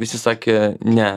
visi sakė